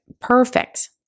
Perfect